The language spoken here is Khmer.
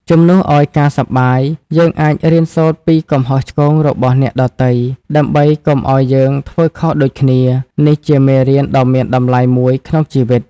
ជំនួសឱ្យការសប្បាយ យើងអាចរៀនសូត្រពីកំហុសឆ្គងរបស់អ្នកដទៃ ដើម្បីកុំឱ្យយើងធ្វើខុសដូចគ្នា នេះជាមេរៀនដ៏មានតម្លៃមួយក្នុងជីវិត។